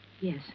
Yes